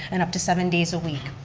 and up to seven days a week.